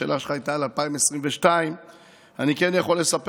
השאלה שלך הייתה על 2022. אני כן יכול לספר